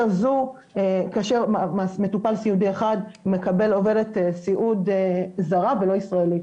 כאשר מטופל סיעודי אחד מקבל עובדת סיעוד זרה ולא ישראלית.